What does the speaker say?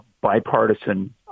bipartisan